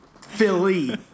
Philly